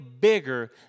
bigger